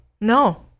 No